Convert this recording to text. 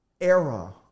era